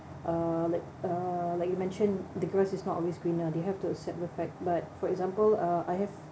uh like uh like you mentioned the grass is not always greener they have to accept the fact but for example uh I have